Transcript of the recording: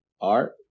art